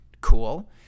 Cool